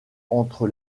entre